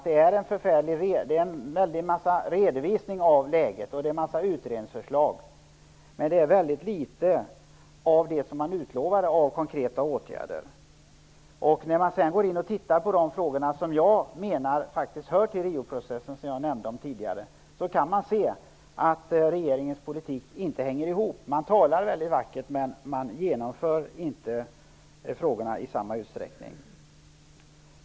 Det är en omfattande redovisning av läget och en mängd utredningsförslag. Men det är väldigt litet av det som utlovats i form av konkreta åtgärder. När man ser på de frågor som jag menar faktiskt hör till Rioprocessen, vilka jag tidigare nämnde, kan man se att regeringens politik inte hänger ihop. Det är vackert tal, men förslagen genomförs inte i någon större utsträckning.